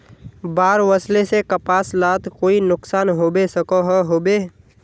बाढ़ वस्ले से कपास लात कोई नुकसान होबे सकोहो होबे?